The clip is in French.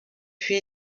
fut